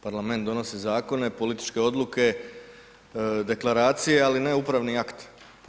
Parlament donosi zakone, političke odluke, deklaracije, ali ne upravni akt.